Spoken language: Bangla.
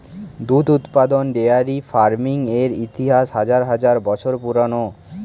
দুধ উৎপাদন ডেইরি ফার্মিং এর ইতিহাস হাজার হাজার বছর পুরানো